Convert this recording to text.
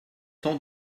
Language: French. tant